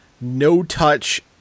no-touch